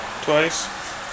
twice